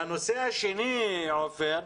הנושא השני, עופר,